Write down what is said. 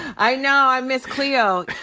i know. i'm miss cleo.